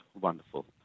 wonderful